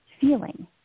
feeling